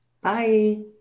bye